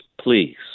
please